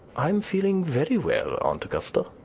i'm feeling very well, aunt augusta.